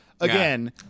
again